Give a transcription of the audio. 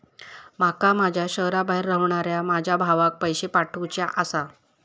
माका माझ्या शहराबाहेर रव्हनाऱ्या माझ्या भावाक पैसे पाठवुचे आसा